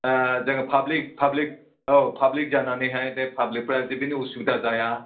दा जोङो public public औ पाब्लिक जानानैहाय बे पाब्लिकफ्रा बे जेन' असुबिदा जाया